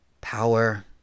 power